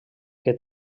que